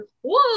whoa